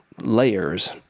layers